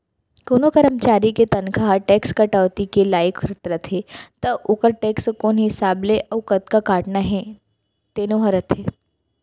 कोनों करमचारी के तनखा ह टेक्स कटौती के लाइक रथे त ओकर टेक्स कोन हिसाब ले अउ कतका काटना हे तेनो ह रथे